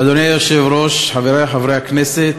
אדוני היושב-ראש, חברי חברי הכנסת,